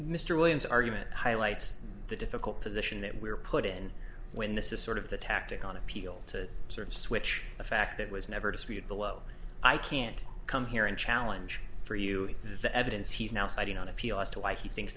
mr williams argument highlights the difficult position that we're put in when this is sort of the tactic on appeal to sort of switch a fact that was never disputed below i can't come here and challenge for you the evidence he's now citing on appeal as to why he thinks